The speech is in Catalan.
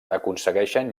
aconsegueixen